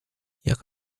jak